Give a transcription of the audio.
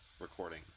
recording